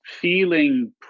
feeling